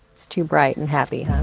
it's too bright and happy,